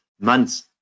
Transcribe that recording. months